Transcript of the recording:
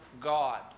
God